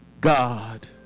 God